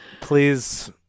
please